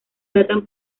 datan